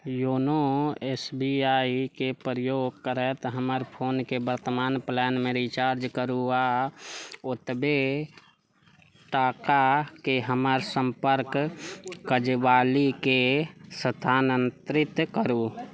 YONO S B I के प्रयोग करैत हमर फोनके वर्तमान प्लानमे रिचार्ज करू आ ओतबे टाकाके हमर सम्पर्क काजवालीके स्थानान्तरित करू